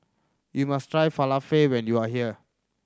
you must try Falafel when you are here